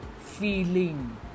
feeling